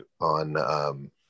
on